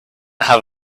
have